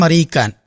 Marikan